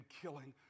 killing